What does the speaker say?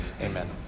Amen